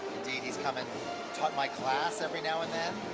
indeed he's come and taught my class every now and then